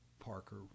Parker